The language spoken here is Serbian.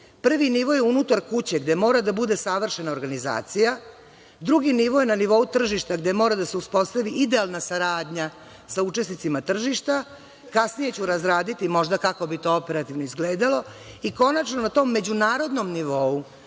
Prvi nivo je unutar kuće, gde mora da bude savršena organizacija, drugi nivo je na nivou tržišta, gde mora da se uspostavi idealna saradnja sa učesnicima tržišta, kasnije ću razraditi možda kako bi to operativno izgledalo, i, konačno, na tom međunarodnom nivou,